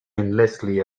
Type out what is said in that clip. endlessly